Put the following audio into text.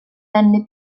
venne